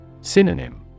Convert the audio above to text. Synonym